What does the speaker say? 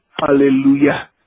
hallelujah